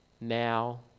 now